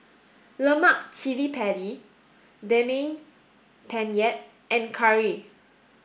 Lemak Cili Padi Daging Penyet and Curry